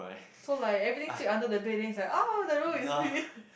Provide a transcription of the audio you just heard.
so like everything sweep under the bed then it's like ah the room is clean